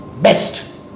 best